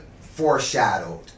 foreshadowed